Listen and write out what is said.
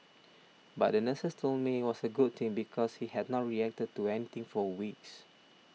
but the nurses told me it was a good thing because he had not reacted to anything for weeks